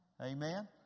amen